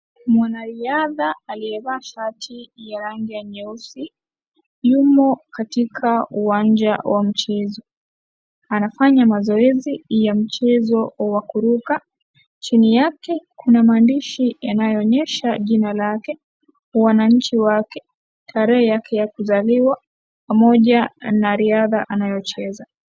Mwanariadha aliyevaa shati ya rangi ya nyeusi yumo katika uwanja wa mchezo . Anafanya mazoezi ya mchezo wa kuruka , chini yake kuna maandishi yanayoonyesha jina lake, wananchi wake, tarehe yake ya kuzaliwa pamoja na riadha anayocheza.